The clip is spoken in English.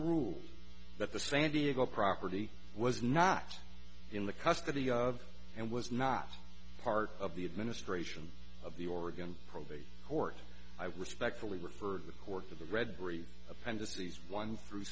rule that the san diego property was not in the custody of and was not part of the administration of the oregon probate court i would respectfully refer the court to the red brief appendices one through